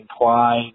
imply